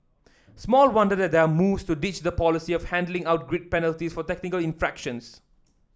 small wonder that there are moves to ditch the policy of handling out grid penalties for technical infractions